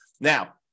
now